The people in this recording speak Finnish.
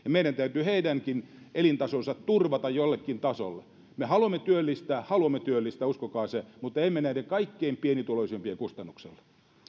meidän täytyy heidänkin elintasonsa turvata jollekin tasolle me haluamme työllistää haluamme työllistää uskokaa se mutta emme näiden kaikkein pienituloisimpien kustannuksella